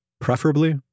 preferably